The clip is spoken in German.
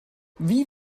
wie